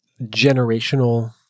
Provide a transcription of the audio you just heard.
generational